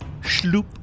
schloop